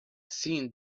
seen